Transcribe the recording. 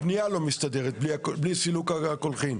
הבנייה לא מסתדרת בלי סילוק הקולחין.